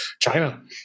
China